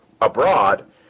abroad